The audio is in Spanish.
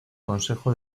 consejo